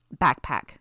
Backpack